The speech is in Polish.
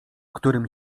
którym